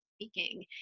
speaking